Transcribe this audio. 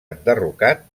enderrocat